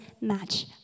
match